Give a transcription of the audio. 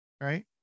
right